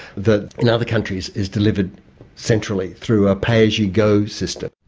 that in other countries is delivered centrally through a pay as you go system.